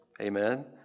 Amen